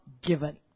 given